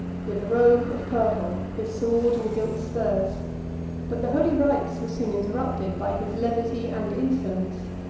with a robe of purple, his sword, and gilt spurs but the holy rites were soon interrupted by his levity and insolence.